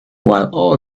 while